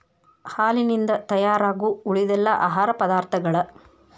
ಹಾಲಿನಿಂದ ತಯಾರಾಗು ಉಳಿದೆಲ್ಲಾ ಆಹಾರ ಪದಾರ್ಥಗಳ